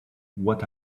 what